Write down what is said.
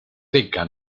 teca